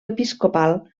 episcopal